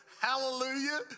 Hallelujah